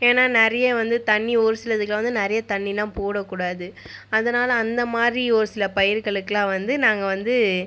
ஏனா நிறைய வந்து தண்ணி ஒரு சில இதுக்குல்லாம் வந்து நிறைய தண்ணினா போட கூடாது அதனால் அந்தமாதிரி ஒரு சில பயிறுகளுக்குலாம் வந்து நாங்கள் வந்து